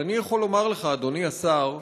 אבל אני יכול לומר לך, אדוני השר,